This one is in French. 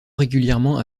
régulièrement